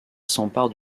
s’empare